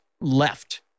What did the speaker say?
left